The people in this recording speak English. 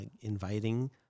inviting